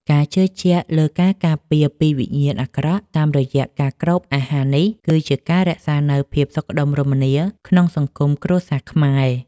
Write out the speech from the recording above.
ការជឿជាក់លើការការពារពីវិញ្ញាណអាក្រក់តាមរយៈការគ្របអាហារនេះ គឺជាការរក្សានូវភាពសុខដុមរមនាក្នុងសង្គមគ្រួសារខ្មែរ។